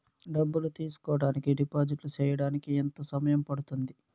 డబ్బులు తీసుకోడానికి డిపాజిట్లు సేయడానికి ఎంత సమయం పడ్తుంది